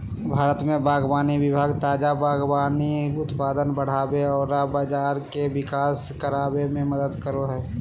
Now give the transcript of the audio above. भारत में बागवानी विभाग ताजा बागवानी उत्पाद बढ़ाबे औरर बाजार के विकास कराबे में मदद करो हइ